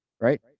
Right